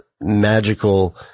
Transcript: magical